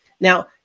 Now